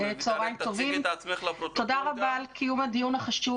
תודה רבה על קיום הדיון החשוב